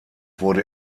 wurde